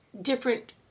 Different